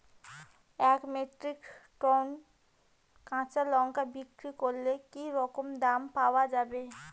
এক metric ton কাঁচা লঙ্কা বিক্রি করলে কি রকম দাম পাওয়া যাবে?